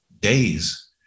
days